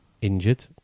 injured